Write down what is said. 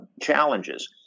challenges